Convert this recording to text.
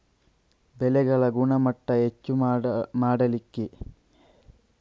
ಬೆಳೆಗಳ ಗುಣಮಟ್ಟ ಹೆಚ್ಚು ಮಾಡಲಿಕ್ಕೆ ಕೃಷಿ ಇಲಾಖೆಯಿಂದ ರಸಗೊಬ್ಬರ ಹಾಗೂ ಕೀಟನಾಶಕ ಸಿಗುತ್ತದಾ?